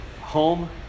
home